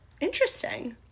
interesting